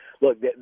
look